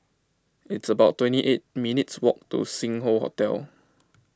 it's about twenty eight minutes' walk to Sing Hoe Hotel